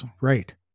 Right